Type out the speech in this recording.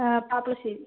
ആ